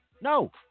no